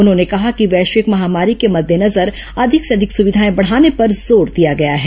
उन्होंने कहा कि वैश्विक महामारी के मद्देनजर अधिक से अधिक सुविधाएं बढाने पर जोर दिया गया है